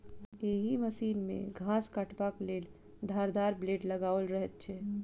एहि मशीन मे घास काटबाक लेल धारदार ब्लेड लगाओल रहैत छै